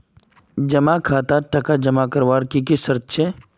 जमा खातात टका जमा करवार की की शर्त छे?